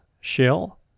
shell